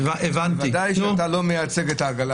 ודאי שאתה לא מייצג את העגלה.